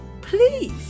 please